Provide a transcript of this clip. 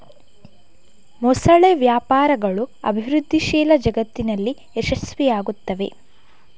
ಮೊಸಳೆ ವ್ಯಾಪಾರಗಳು ಅಭಿವೃದ್ಧಿಶೀಲ ಜಗತ್ತಿನಲ್ಲಿ ಯಶಸ್ವಿಯಾಗುತ್ತವೆ